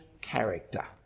character